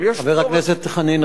חבר הכנסת חנין,